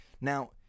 now